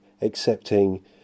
accepting